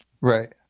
Right